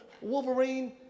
Wolverine